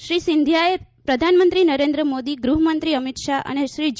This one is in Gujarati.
શ્રી સિંધિયાએ પ્રધાનમંત્રી નરેન્દ્ર મોદી ગૃહમંત્રી અમિત શાહ અને શ્રી જે